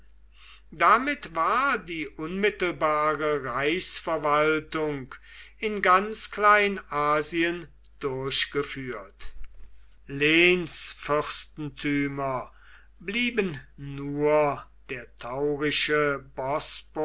damit war die unmittelbare reichsverwaltung in ganz kleinasien durchgeführt lehnsfürstentümer blieben nur der taurische